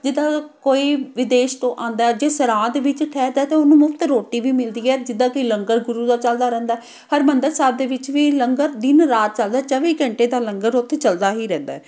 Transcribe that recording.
ਜਿੱਦਾਂ ਕੋਈ ਵਿਦੇਸ਼ ਤੋਂ ਆਉਂਦਾ ਜਿਸ ਸਰਾਂ ਦੇ ਵਿੱਚ ਠਹਿਰਦਾ ਤਾਂ ਉਹਨੂੰ ਮੁਫ਼ਤ ਰੋਟੀ ਵੀ ਮਿਲਦੀ ਹੈ ਜਿੱਦਾਂ ਕਿ ਲੰਗਰ ਗੁਰੂ ਦਾ ਚੱਲਦਾ ਰਹਿੰਦਾ ਹਰਿਮੰਦਰ ਸਾਹਿਬ ਦੇ ਵਿੱਚ ਵੀ ਲੰਗਰ ਦਿਨ ਰਾਤ ਚੱਲਦਾ ਚੌਵੀ ਘੰਟੇ ਤਾਂ ਲੰਗਰ ਉੱਥੇ ਚਲਦਾ ਹੀ ਰਹਿੰਦਾ